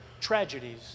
tragedies